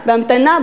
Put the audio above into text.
בהמתנה,